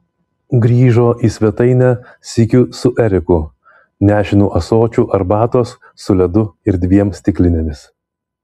grįžo į svetainę sykiu su eriku nešinu ąsočiu arbatos su ledu ir dviem stiklinėmis